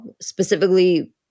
specifically